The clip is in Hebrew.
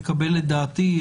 יקבל לדעתי,